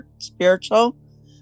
spiritual